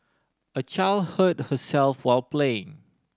a child hurt herself while playing